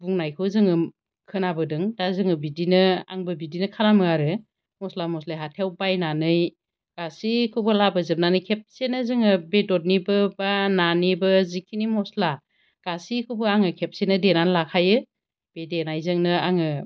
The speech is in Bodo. बुंनायखौ जोङो खोनाबोदों दा जोङो बिदिनो आंबो बिदिनो खालामो आरो मस्ला मस्लि हाथायाव बायनानै गासिखौबो लाबोजोबनानै खेबसेनो जोङो बेदरनिबो बा नानिबो जिखिनि मस्ला गासिखौबो आङो खेबसेनो देनानै लाखायो बे देनायजोंनो आङो